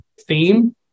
theme